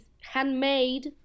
handmade